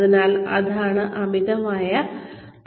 അതിനാൽ അതാണ് അമിതമായ പഠനം